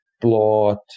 plot